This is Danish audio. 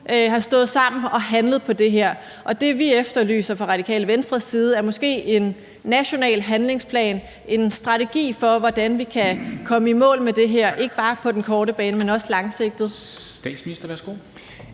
har stået sammen og handlet på det her. Det, vi efterlyser fra Radikale Venstres side, er måske en national handlingsplan, altså en strategi for, hvordan vi kan komme i mål med det her, ikke bare på den korte bane, men også langsigtet.